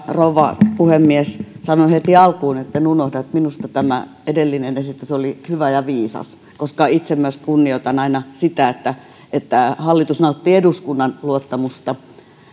rouva puhemies sanon heti alkuun etten unohda minusta tämä edellinen esitys oli hyvä ja viisas itse myös kunnioitan aina sitä että että hallitus nauttii eduskunnan luottamusta